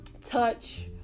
touch